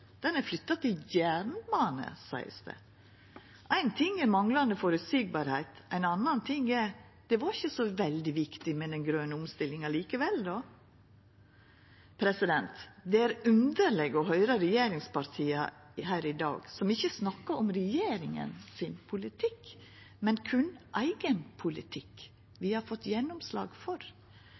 den er flytta til jernbane, vert det sagt. Éin ting er manglande føreseielegheit, ein annan er at den grøne omstillinga ikkje var så veldig viktig likevel. Det er underleg å høyra regjeringspartia her i dag som ikkje snakkar om regjeringa sin politikk, men berre om eigen politikk dei har fått gjennomslag for.